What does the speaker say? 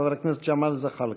חבר הכנסת ג'מאל זחאלקה.